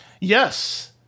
Yes